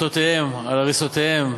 במיטותיהם, בעריסותיהם,